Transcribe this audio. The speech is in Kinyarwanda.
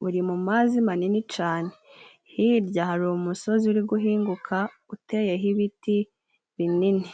buri mumazi manini cane, hirya hari umusozi uri guhinguka uteyeho ibiti binini.